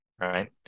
Right